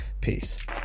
Peace